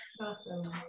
Awesome